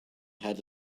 had